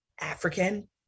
African